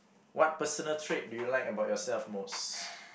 what personal trait do you like about yourself most